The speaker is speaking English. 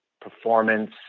performance